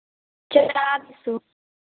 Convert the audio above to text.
चार सो